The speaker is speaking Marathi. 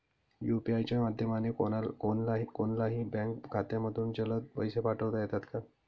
यू.पी.आय च्या माध्यमाने कोणलाही बँक खात्यामधून जलद पैसे पाठवता येतात का?